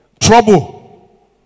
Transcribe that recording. trouble